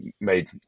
made